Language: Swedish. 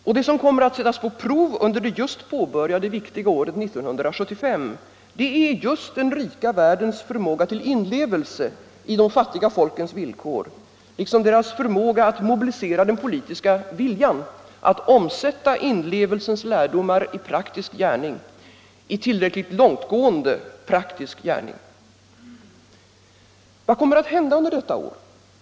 Och det som kommer att sättas på prov under det just påbörjade viktiga året 1975 är just den rika världens förmåga till inlevelse i de fattiga folkens villkor liksom deras förmåga att mobilisera den politiska viljan att omsätta inlevelsens lärdomar i praktisk gärning — i tillräckligt långtgående praktisk gärning. Vad kommer att hända under detta år?